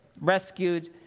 rescued